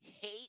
hate